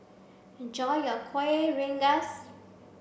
enjoy your kueh rengas